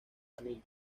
anillo